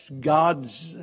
God's